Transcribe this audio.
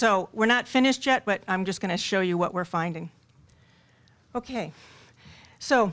so we're not finished yet but i'm just going to show you what we're finding ok so